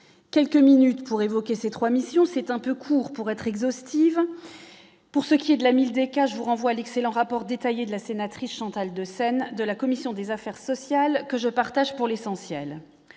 quelques minutes pour évoquer ces 3 missions, c'est un peu court pour être exhaustif, pour ce qui est de la 1000 écart je vous renvoie à l'excellent rapport détaillé de la sénatrice Chantal de scène de la commission des affaires sociales, que je partage pour l'essentiel,